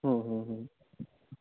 হুম হুম হুম